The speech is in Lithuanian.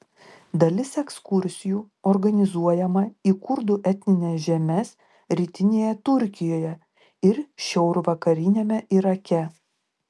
dalis ekskursijų organizuojama į kurdų etnines žemes rytinėje turkijoje ir šiaurvakariniame irake